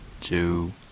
two